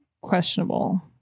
questionable